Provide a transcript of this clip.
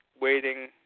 waiting